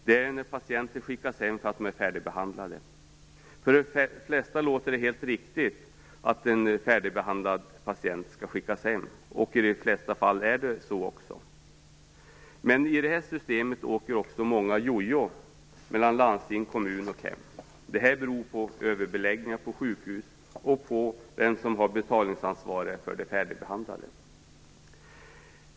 Det innebär att patienter skickas hem för att de är färdigbehandlade. För de flesta låter det helt riktigt att en färdigbehandlad patient skall skickas hem, och i det flesta fall är det också så. Men i detta system åker också många jojo mellan landsting, kommun och hem. Det beror på överbeläggningar på sjukhus och på vem som har betalningsansvaret för de färdigbehandlade.